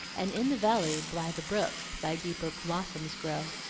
and in the valley by the brook, thy deeper blossoms grow.